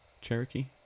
Cherokee